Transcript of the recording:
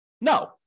No